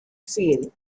feel